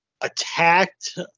attacked